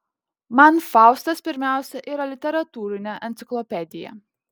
man faustas pirmiausia yra literatūrinė enciklopedija